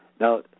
Now